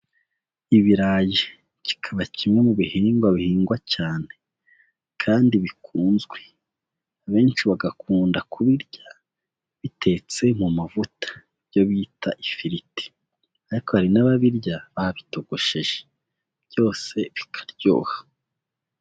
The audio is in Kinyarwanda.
Ibirayi kikaba kimwe mu bihingwa bihingwa cyane kandi bikunzwe, abenshi bagakunda kubirya bitetse mu mavuta ibyo bita ifiriti ariko hari n'ababirya babitogosheje byose bikaryoha.